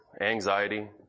anxiety